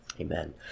amen